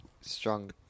Strong